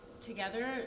together